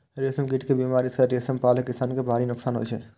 रेशम कीट के बीमारी सं रेशम पालक किसान कें भारी नोकसान होइ छै